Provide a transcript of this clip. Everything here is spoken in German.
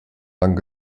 lang